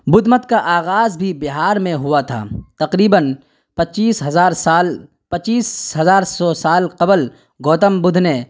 بدھ مت کا آغاز بھی بہار میں ہوا تھا تقریباً پچیس ہزار سال پچیس ہزار سو سال قبل گوتم بدھ نے